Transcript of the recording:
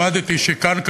למדתי שכאן,